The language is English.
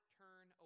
turn